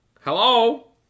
Hello